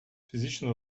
фізична